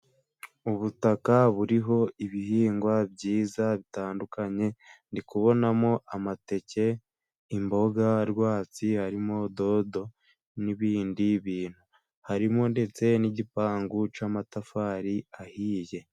Ubutaka buriho ibihingwa byiza bitandukanye, ndikubonamo amateke, imboga rwatsi harimo dodo n'ibindi bintu, harimo ndetse n'igipangu cy'amatafari ahiye.